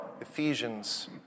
Ephesians